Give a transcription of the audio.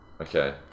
okay